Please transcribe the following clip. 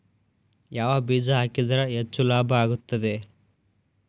ಯಾವ ಬೇಜ ಹಾಕಿದ್ರ ಹೆಚ್ಚ ಲಾಭ ಆಗುತ್ತದೆ?